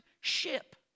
ship